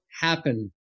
happen